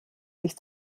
sich